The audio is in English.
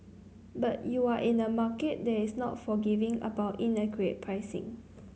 but you're in the market that's not forgiving about inaccurate pricing